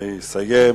ויסיים,